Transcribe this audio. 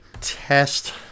test